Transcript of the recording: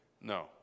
No